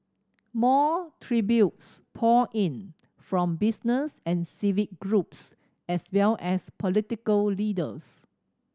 more tributes poured in from business and civic groups as well as political leaders